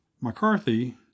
McCarthy